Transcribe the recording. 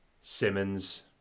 Simmons